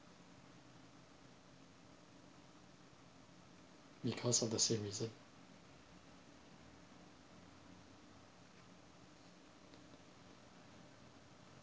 because of the same reason